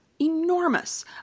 enormous